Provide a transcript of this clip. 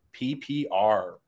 PPR